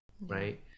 right